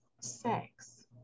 sex